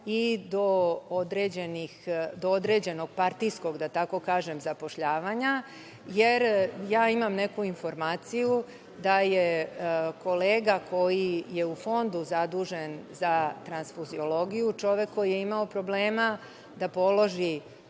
i do određenog partijskog zapošljavanja, jer imam neku informaciju da je kolega koji je u Fondu zadužen za transfuziologiju, čovek koji je imao problema da položi